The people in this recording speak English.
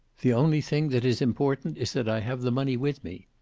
the only thing that is important is that i have the money with me.